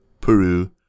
Peru